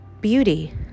beauty